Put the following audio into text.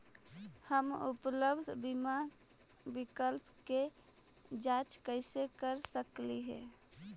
हम उपलब्ध बीमा विकल्प के जांच कैसे कर सकली हे?